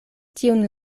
tiun